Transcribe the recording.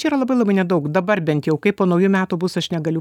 čia yra labai labai nedaug dabar bent jau kaip po naujų metų bus aš negaliu